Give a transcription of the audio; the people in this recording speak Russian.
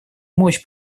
мощь